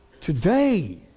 Today